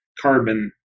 carbon